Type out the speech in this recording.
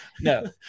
No